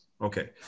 Okay